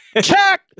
Check